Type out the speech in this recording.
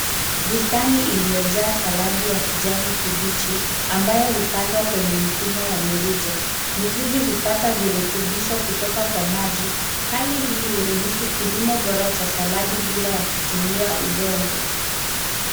Bustani iliyojaa saladi ya kijani kibichi ambayo hupandwa kwenye mifumo ya mirija. Mizizi hupata virutuibisho kutoka kwa maji. Hali hii huruhusu kilimo bora cha saladi bila yakutumia udongo.